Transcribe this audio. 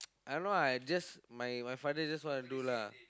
I don't know lah I just my my father just want to do lah